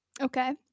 Okay